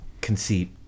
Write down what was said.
conceit